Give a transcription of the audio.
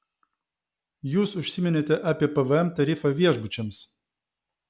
jūs užsiminėte apie pvm tarifą viešbučiams